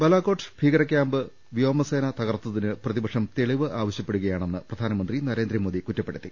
ബാലാകോട്ട് ഭീകരക്യാംപ് വ്യോമസേന തകർത്തതിന് പ്രതി പക്ഷം തെളിവ് ആവശ്യപ്പെടുകയാണെന്ന് പ്രധാനമന്ത്രി നരേന്ദ്ര മോദി കുറ്റപ്പെടുത്തി